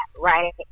right